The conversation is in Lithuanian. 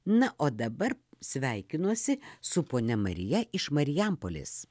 na o dabar sveikinuosi su ponia marija iš marijampolės